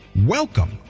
Welcome